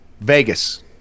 Vegas